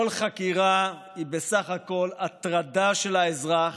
כל חקירה היא בסך הכול הטרדה של האזרח,